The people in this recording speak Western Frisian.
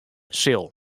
sil